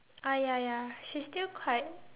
ah ya ya she still cried